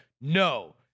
no